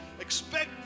expect